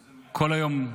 אומר: